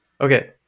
okay